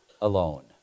alone